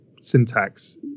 syntax